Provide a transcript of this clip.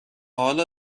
حالا